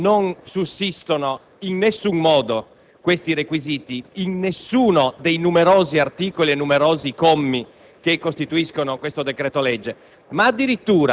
In questo caso, non soltanto non sussistono in alcun modo tali requisiti in nessuno dei numerosi articoli e commi